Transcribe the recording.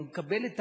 הוא מקבל,